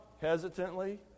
hesitantly